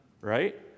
Right